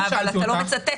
אבל אתה לא מצטט